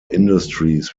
industries